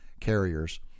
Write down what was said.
carriers